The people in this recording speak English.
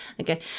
Okay